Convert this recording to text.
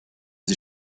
sie